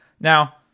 Now